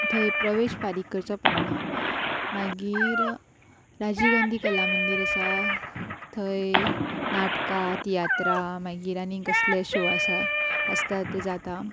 थंय प्रवेश फारीक करचो पडना मागीर राजीव गांधी कला मंदीर आसा थंय नाटकां तियात्रां मागीर आनींग कसले शो आसा आसतात ते जाता